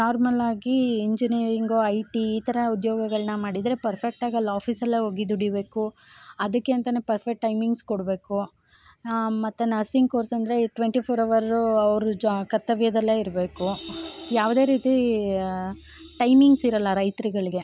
ನಾರ್ಮಲ್ಲಾಗಿ engineering I T ಈ ಥರ ಉದ್ಯೋಗಗಳನ್ನ ಮಾಡಿದ್ರೆ ಪರ್ಪೆಕ್ಟಾಗಿ ಅಲ್ಲಿ ಆಫೀಸಲ್ಲೆ ಹೋಗಿ ದುಡಿಬೇಕು ಅದಕ್ಕೆ ಅಂತೆಯೇ ಪರ್ಪೆಕ್ಟ್ ಟೈಮಿಂಗ್ಸ್ ಕೊಡಬೇಕು ಮತ್ತೆ ನರ್ಸಿಂಗ್ ಕೋರ್ಸ್ ಅಂದರೆ ಟ್ವೆಂಟಿ ಫೊರ್ ಅವರೂ ಅವರು ಜಾ ಕರ್ತವ್ಯದಲ್ಲೇ ಇರಬೇಕು ಯಾವುದೇ ರೀತಿ ಟೈಮಿಂಗ್ಸ್ ಇರೋಲ್ಲಾ ರೈತ್ರುಗಳಿಗೆ